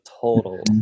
total